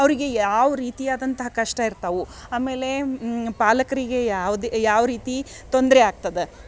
ಅವರಿಗೆ ಯಾವ ರೀತಿಯಾದಂಥ ಕಷ್ಟ ಇರ್ತವೆ ಆಮೇಲೆ ಪಾಲಕರಿಗೆ ಯಾವುದೇ ಯಾವ ರೀತಿ ತೊಂದರೆ ಆಗ್ತದೆ